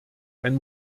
ein